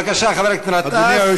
בבקשה, חבר הכנסת גטאס.